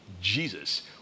Jesus